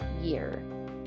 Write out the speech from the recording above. year